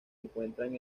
encuentran